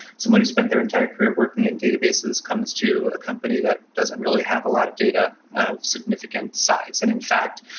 someone who spent their entire career working in databases comes to a company that doesn't really have a lot of data of significant size. and in fact,